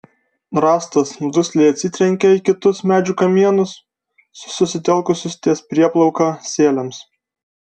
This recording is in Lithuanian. rąstas dusliai atsitrenkė į kitus medžių kamienus susitelkusius ties prieplauka sieliams